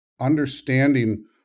understanding